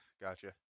Gotcha